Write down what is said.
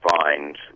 find